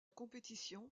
compétition